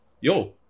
yo